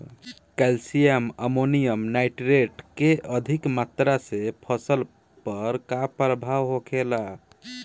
Calcium ammonium nitrate के अधिक मात्रा से फसल पर का प्रभाव होखेला?